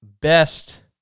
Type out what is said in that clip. best